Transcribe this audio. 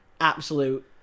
absolute